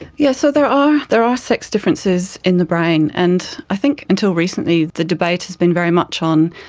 yes, so there are there are sex differences in the brain, and i think until recently the debate has been very much on,